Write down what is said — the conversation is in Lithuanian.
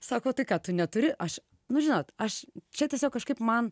sako tai ką tu neturi aš nu žinot aš čia tiesiog kažkaip man